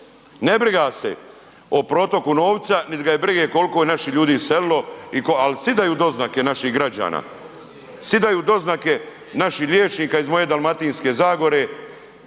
ne briga ga se o protoku novca niti ga je briga koliko je naših ljudi iselilo ali sjedaju doznake naših građana, sjedaju doznake naših liječnika iz moje Dalmatinske zagore,